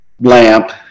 Lamp